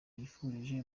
yifurije